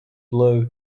blue